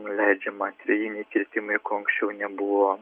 leidžiama atvejiniai kirtimai ko anksčiau nebuvo